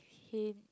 hint